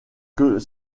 que